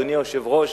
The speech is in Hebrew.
אדוני היושב-ראש,